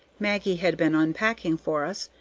maggie had been unpacking for us,